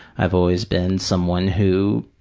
i've always been someone who,